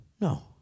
No